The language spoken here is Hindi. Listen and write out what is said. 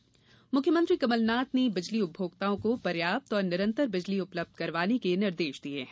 बिजली आपूर्ति मुख्यमंत्री कमलनाथ ने बिजली उपभोक्ताओं को पर्याप्त और निरंतर बिजली उपलब्ध करवाने के निर्देश दिये हैं